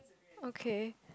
okay